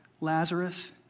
Lazarus